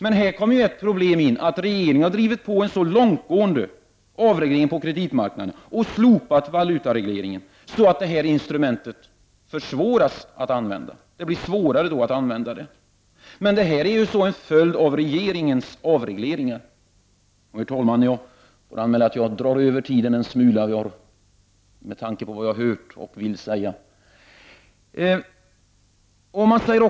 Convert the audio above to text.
Men här kommer ett problem in i bilden, nämligen att regeringen har drivit en så långtgående avreglering på kreditmarknaden och slopat valutaregleringen att det har blivit svårare att använda detta instrument. Det är alltså en följd av regeringens avregleringar. Herr talman! Jag ber att få anmäla att jag något drar över den anmälda taletiden med tanke på vad jag har hört i debatten och vill säga.